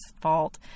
fault